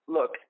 Look